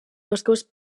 boscos